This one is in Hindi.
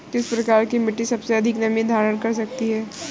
किस प्रकार की मिट्टी सबसे अधिक नमी धारण कर सकती है?